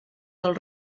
del